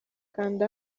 kanda